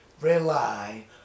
rely